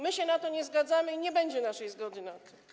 My się na to nie zgadzamy i nie będzie naszej zgody na to.